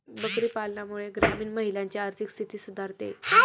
बकरी पालनामुळे ग्रामीण महिलांची आर्थिक स्थिती सुधारते